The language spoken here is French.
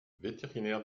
vétérinaire